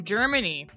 Germany